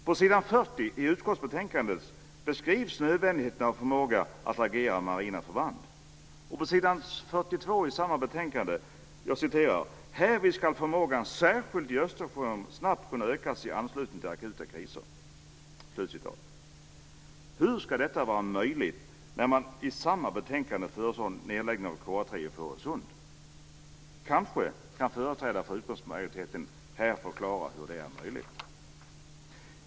På s. 40 i utskottsbetänkandet beskrivs nödvändigheten av att ha förmåga att agera med marina förband. På s. 42 i betänkandet står: "Härvid skall förmågan, särskilt i Östersjöområdet, snabbt kunna ökas i anslutning till akuta kriser -." Hur ska detta vara möjligt när man i samma betänkande föreslår nedläggning av KA 3 i Fårösund? Kanske kan företrädare för utskottsmajoriteten här förklara hur det ska vara möjligt.